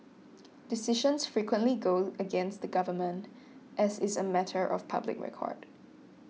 decisions frequently go against the government as is a matter of public record